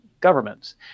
governments